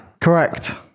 Correct